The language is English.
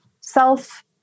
self